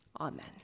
Amen